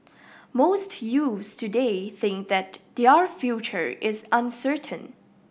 most youths today think that their future is uncertain